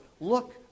look